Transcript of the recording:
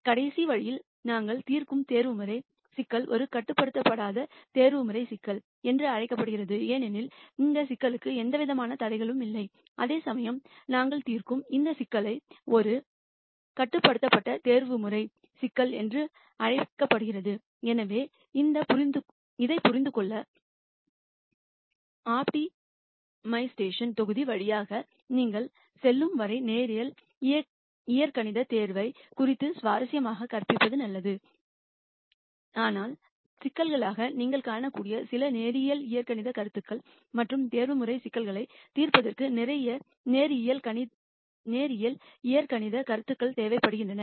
கடைசி வழக்கில் நாங்கள் தீர்க்கும் தேர்வுமுறை சிக்கல் ஒரு கட்டுப்படுத்தப்படாத ஆப்டிமைசேஷன் ப்ரோப்லேம் என்று அழைக்கப்படுகிறது ஏனெனில் அந்த சிக்கலுக்கு எந்தவிதமான தடைகளும் இல்லை அதேசமயம் நாங்கள் தீர்க்கும் இந்த சிக்கலை ஒரு கட்டுப்படுத்தப்பட்ட ஆப்டிமைசேஷன் ப்ரோப்லேம் என்று அழைக்கப்படுகிறது எனவே இதைப் புரிந்துகொள்ள ஆப்டிமைஸ்டேஷன் தொகுதி வழியாக நீங்கள் செல்லும் வரை லீனியர் ஆல்சீப்ரா ஆப்டிமைஸ்டேஷன் குறித்து சுவாரஸ்யமாக கற்பிப்பது நல்லது ஆனால் சிக்கல்களாக நீங்கள் காணக்கூடிய சில லீனியர் ஆல்சீப்ரா கருத்துகள் மற்றும் ஆப்டிமைஸ்டேஷன் சிக்கல்களைத் தீர்ப்பதற்கு நிறைய லீனியர் ஆல்சீப்ரா கருத்துக்கள் தேவைப்படுகின்றன